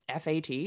FAT